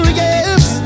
yes